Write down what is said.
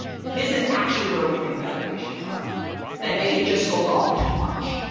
this is actually where we think valuations are that maybe it just sold off too much,